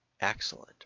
Excellent